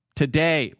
today